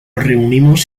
reunimos